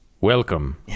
Welcome